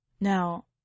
Now